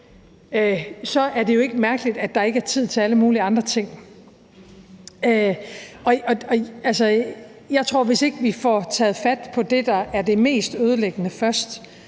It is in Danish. så er det ikke mærkeligt, at der ikke er tid til alle mulige andre ting. Jeg tror, at hvis ikke vi får taget fat på det, der er det mest ødelæggende, først,